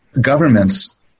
governments